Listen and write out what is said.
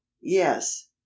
yes